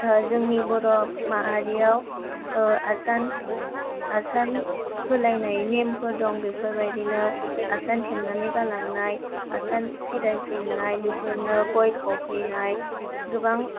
दा जोंनि बर'माहारियाव आसान होलायनाय नेमफोर दं बेफोरबायदिनो आसान थेबनानै गालांनाय आसान फिरायफिननाय बेफोरनो गय खावफैनाय गोबां